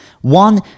One